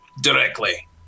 Directly